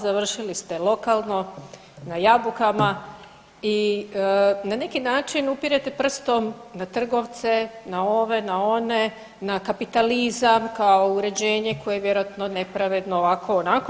Završili ste lokalno na jabukama i na neki način upirete prstom na trgovce, na ove, na one, na kapitalizam kao uređenje koje vjerojatno je nepravedno, ovako, onako.